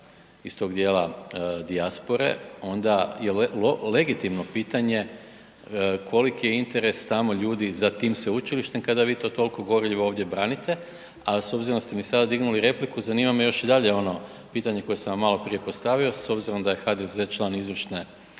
iz tog dijela dijaspore, onda je legitimno pitanje koliki je interes tamo ljudi za tim sveučilištem kada vi to toliko gorljivo ovdje branite, a s obzirom da ste mi sada dignuli repliku zanima me još i dalje ono pitanje koje sam vam maloprije postavio. S obzirom da je HDZ član izvršne